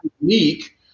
unique